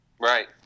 Right